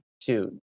two